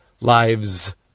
lives